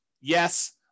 Yes